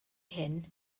hyn